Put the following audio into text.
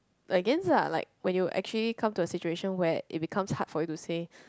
against ah like when you actually come to a situation where it becomes hard for you to say